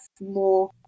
more